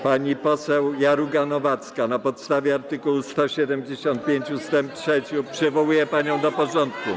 Pani poseł Jaruga-Nowacka, na podstawie art. 175 ust. 3 przywołuję panią do porządku.